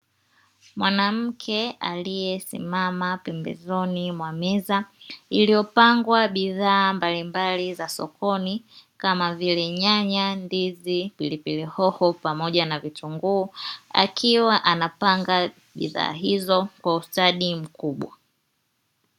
Mwanamke aliesimama pembezoni mwa meza, iliyopangwa bidhaa mbalimbali za sokoni, kama vile; nyanya, ndizi, pilipili hoho pamoja na vitunguu, akiwa anapanga bidhaa hizo kwa ustadi mkubwa.